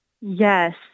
yes